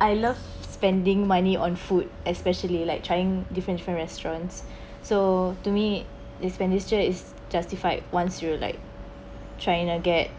I love spending money on food especially like trying different different restaurants so to me expenditure is justified once you were like trying to get